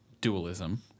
dualism